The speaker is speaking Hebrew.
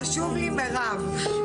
זה חשוב לי, מירב.